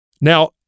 now